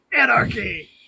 anarchy